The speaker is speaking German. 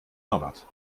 norbert